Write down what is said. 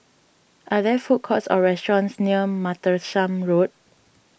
are there food courts or restaurants near Martlesham Road